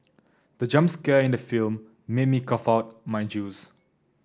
the jump scare in the film made me cough out my juice